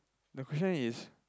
the question is